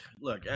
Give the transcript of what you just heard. Look